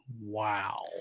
Wow